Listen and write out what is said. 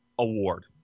award